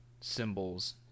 symbols